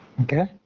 Okay